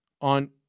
on